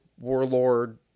warlord